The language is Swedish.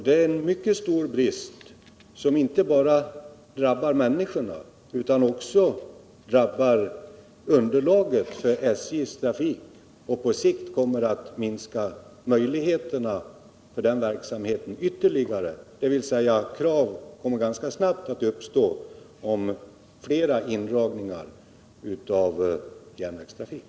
Det är en mycket stor brist, som inte bara drabbar människorna utan också drabbar underlaget för SJ:s trafik och på sikt kommer att minska möjligheterna för den verksamheten ytterligare, dvs. krav kommer ganska snabbt att uppstå på flera indragningar av järnvägstrafik.